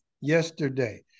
yesterday